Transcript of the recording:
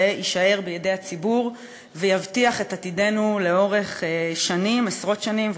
יישאר בידי הציבור ויבטיח את עתידנו לאורך עשרות שנים,